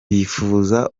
bifuza